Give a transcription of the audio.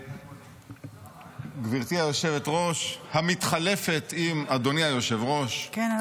גברתי היושבת-ראש המתחלפת עם אדוני היושב-ראש --- כן,